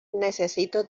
necesito